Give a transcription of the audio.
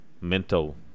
mental